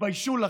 תתביישו לכם.